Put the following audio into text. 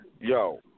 Yo